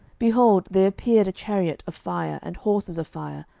behold, there appeared a chariot of fire, and horses of fire,